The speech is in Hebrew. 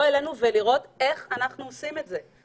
ולראות איך אנחנו עושים את זה,